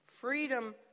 Freedom